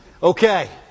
Okay